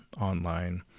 online